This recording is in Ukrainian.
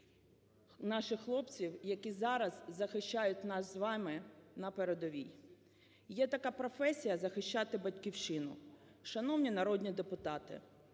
наших хлопців, які зараз захищають нас з вами на передовій. "Є така професія – захищати Батьківщину. Шановні народні депутати,